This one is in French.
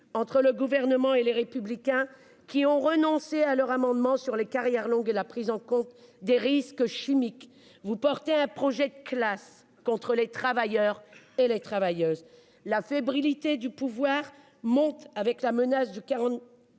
entre le Gouvernement et Les Républicains, qui ont renoncé à leurs amendements sur les carrières longues et sur la prise en compte des risques chimiques. Vous portez un projet de classe contre les travailleurs et les travailleuses. La fébrilité du pouvoir monte avec la menace